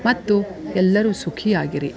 ಮತ್ತು ಎಲ್ಲರೂ ಸುಖಿಯಾಗಿರಿ